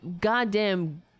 goddamn